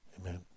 Amen